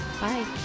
Bye